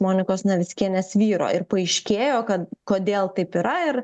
monikos navickienės vyro ir paaiškėjo kad kodėl taip yra ir